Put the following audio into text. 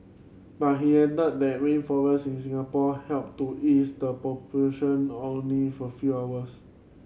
but he added that in Singapore help to ease the pollution only for few hours